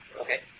Okay